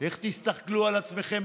איך תסתכלו על עצמכם